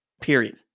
Period